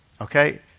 Okay